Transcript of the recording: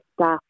staff